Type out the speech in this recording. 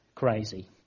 crazy